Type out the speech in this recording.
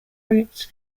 routes